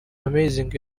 amazing